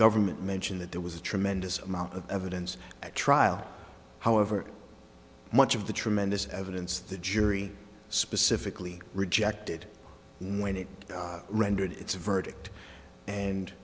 government mentioned that there was a tremendous amount of evidence at trial however much of the tremendous evidence the jury specifically rejected when it rendered its verdict and